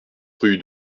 rue